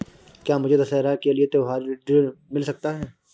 क्या मुझे दशहरा के लिए त्योहारी ऋण मिल सकता है?